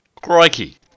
Crikey